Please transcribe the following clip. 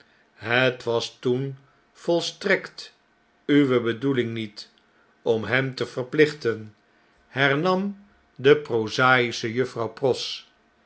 het was toen volstrekt uwe bedoeling niet om hem te verplichten hernam deprozaische juffrouw pross